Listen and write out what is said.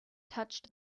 touched